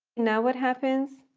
now, what happens?